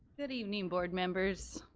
good evening, board members.